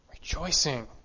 rejoicing